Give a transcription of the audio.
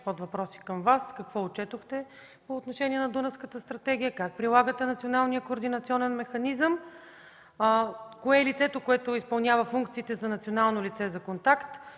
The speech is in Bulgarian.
подвъпроси към Вас са: какво отчетохте по отношение на Дунавската стратегия? Как прилагате националния координационен механизъм? Кое е лицето, което изпълнява функциите за национално лице за контакт?